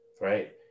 right